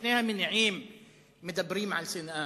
שני המניעים מדברים על שנאה.